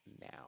now